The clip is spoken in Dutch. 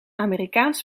amerikaans